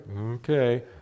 Okay